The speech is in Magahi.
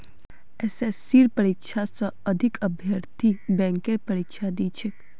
एसएससीर परीक्षा स अधिक अभ्यर्थी बैंकेर परीक्षा दी छेक